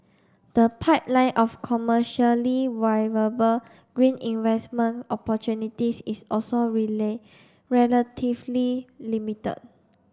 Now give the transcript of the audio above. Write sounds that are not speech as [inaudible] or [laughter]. the pipeline of commercially viable green investment opportunities is also [unintelligible] relatively limited